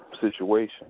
situation